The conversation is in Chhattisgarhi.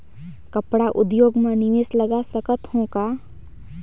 कपड़ा उद्योग म निवेश लगा सकत हो का?